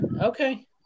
Okay